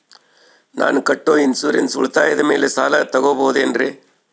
ನಾನು ಕಟ್ಟೊ ಇನ್ಸೂರೆನ್ಸ್ ಉಳಿತಾಯದ ಮೇಲೆ ಸಾಲ ತಗೋಬಹುದೇನ್ರಿ?